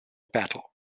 battle